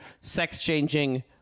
sex-changing